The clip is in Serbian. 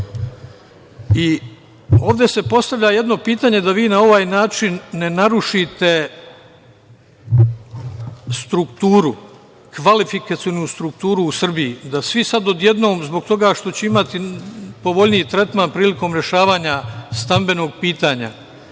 se postavlja jedno pitanje, da vi na ovaj način ne narušite strukturu, kvalifikacionu strukturu u Srbiji, da svi sad odjednom, zbog toga što će imati povoljniji tretman prilikom rešavanja stambenog pitanja